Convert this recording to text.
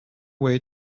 way